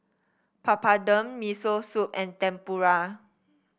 Papadum Miso Soup and Tempura